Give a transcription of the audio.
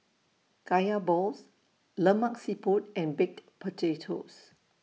Kaya Balls Lemak Siput and Baked Potatos